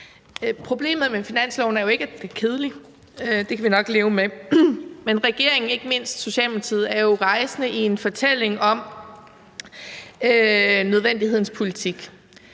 forslaget til finanslov er jo ikke, at den er kedelig, for det kan vi nok leve med. Men regeringen, ikke mindst Socialdemokratiet, er jo rejsende i en fortælling om nødvendighedens politik,